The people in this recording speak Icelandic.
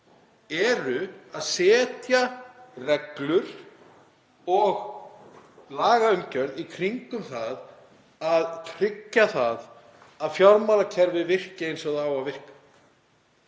eru að setja reglur og lagaumgjörð til að tryggja að fjármálakerfið virki eins og það á að virka.